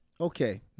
Okay